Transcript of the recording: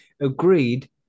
agreed